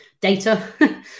Data